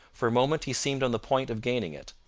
for a moment he seemed on the point of gaining it.